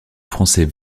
français